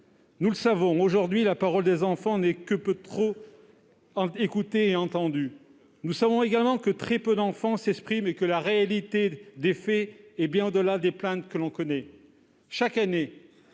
Nous le savons aujourd'hui, la parole des enfants n'est que trop peu écoutée et entendue. Nous savons également que très peu d'enfants s'expriment et que la réalité des faits est bien au-delà des plaintes que l'on connaît. Chaque année,